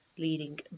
leading